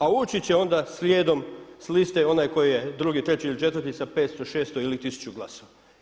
A ući će onda slijedom s liste onaj koji je drugi, treći ili četvrti sa 500, 600 ili 1000 glasova.